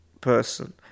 person